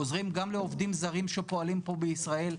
עוזרים גם לעובדים זרים שפועלים פה בישראל,